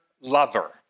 lover